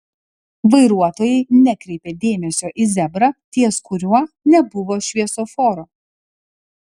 vairuotojai nekreipė dėmesio į zebrą ties kuriuo nebuvo šviesoforo